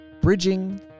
Bridging